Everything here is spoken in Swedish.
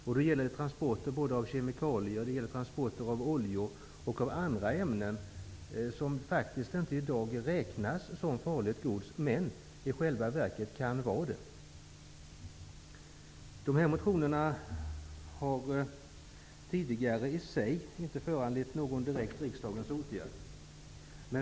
Det gäller transporter av kemikalier, oljor och andra ämnen som i dag faktiskt inte räknas som farligt gods men i själva verket kan vara det. De här motionerna har tidigare i sig inte föranlett någon direkt åtgärd från riksdagens sida.